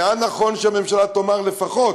היה נכון שהממשלה תאמר לפחות